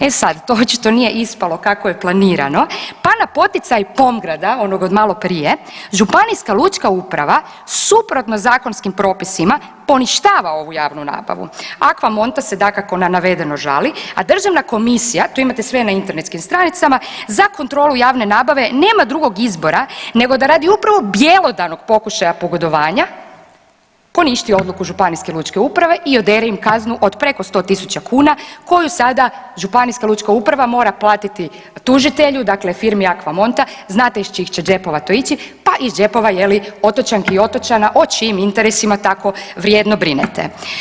E sad, to očito nije ispalo kako je planirano, pa na poticaj Pongrada onog od maloprije Županijska lučka uprava suprotno zakonskim propisima poništava ovu javnu nabavu, AquaMonta se dakako na navedeno žali, a državna komisija, to imate sve na internetskim stranicama, za kontrolu javne nabave nema drugog izbora nego da radi upravo bjelodanog pokušaja pogodovanja poništi odluku Županijske lučke uprave i odere im kaznu od preko 100 tisuća kuna koju sada Županijska lučka uprava mora platiti tužitelju, dakle firmi AquaMonta, znate iz čijih će džepova to ići, pa iz džepova je li otočanki i otočana o čijim interesima tako vrijedno brinete.